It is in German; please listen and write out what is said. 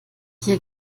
hier